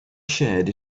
shared